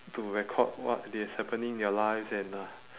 to record what is happening in their lives and uh